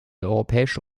europäische